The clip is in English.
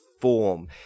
form